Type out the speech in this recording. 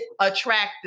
attractive